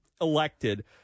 elected